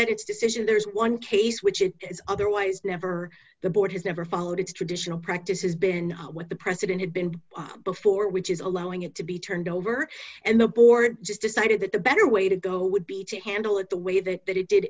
that its decision there is one case which it is otherwise never the board has never followed its traditional practice has been what the president had been before which is allowing it to be turned over and the board just decided that the better way to go would be to handle it the way they did